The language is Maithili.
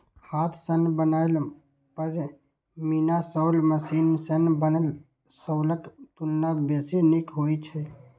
हाथ सं बनायल पश्मीना शॉल मशीन सं बनल शॉलक तुलना बेसी नीक होइ छै